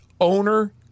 owner